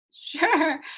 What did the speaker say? sure